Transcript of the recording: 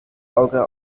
auge